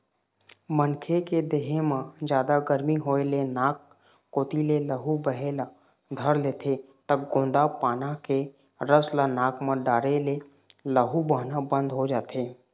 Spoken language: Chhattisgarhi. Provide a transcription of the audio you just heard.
मनखे के देहे म जादा गरमी होए ले नाक कोती ले लहू बहे ल धर लेथे त गोंदा पाना के रस ल नाक म डारे ले लहू बहना बंद हो जाथे